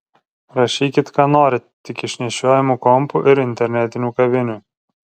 rašykit ką norit tik iš nešiojamų kompų ir internetinių kavinių